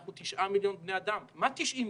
אנחנו תשעה מיליון בני אדם מה 90 מיטות?